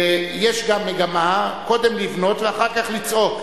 יש גם מגמה קודם לבנות ואחר כך לצעוק.